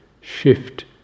shift